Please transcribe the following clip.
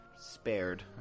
Spared